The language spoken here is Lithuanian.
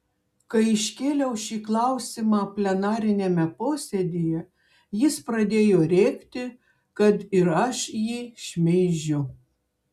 kai iškėliau šį klausimą plenariniame posėdyje jis pradėjo rėkti kad ir aš jį šmeižiu